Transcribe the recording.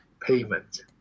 payment